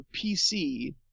PC